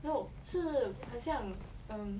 no 是很像 um